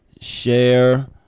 share